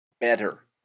better